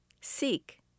Seek